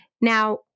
Now